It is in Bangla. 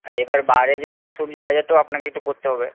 এবার বাইরের যে শাক সবজির বাজারটাও আপনাকে একটু করতে হবে